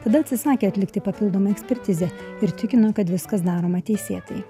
tada atsisakė atlikti papildomą ekspertizę ir tikino kad viskas daroma teisėtai